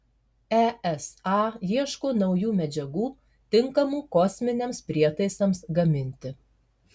esa ieško naujų medžiagų tinkamų kosminiams prietaisams gaminti